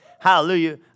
Hallelujah